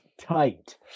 tight